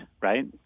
right